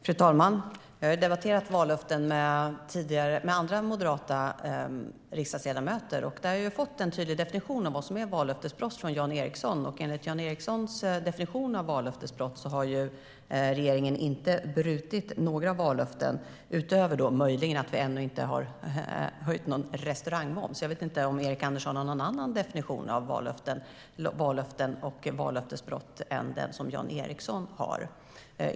Fru talman! Jag har tidigare debatterat vallöften med andra moderata riksdagsledamöter och av Jan Ericson fått en tydlig definition av vad som är vallöftesbrott. Enligt Jan Ericsons definition av vallöftesbrott har regeringen inte brutit mot några vallöften - möjligen med undantag för att vi ännu inte har höjt restaurangmomsen. Jag vet inte om Erik Andersson har en annan definition av vallöftesbrott än den Jan Ericson har.